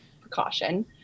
precaution